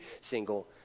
single